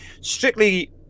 Strictly